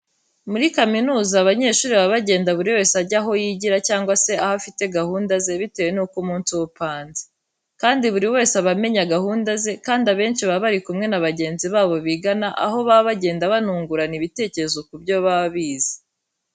Muri kaminuza abanyeshuri baba bagenda buri wese ajya aho yigira cyangwa se aho afite gahunda ze bitewe n'uko umunsi we upanze, kandi buri wese aba amenya gahunda ze kandi abenshi baba bari kumwe na bagenzi babo bigana aho baba bagendana banungurana ibitekerezo ku byo baba bize.